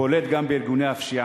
בולטות גם בארגוני הפשיעה.